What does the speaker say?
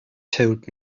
told